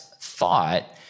thought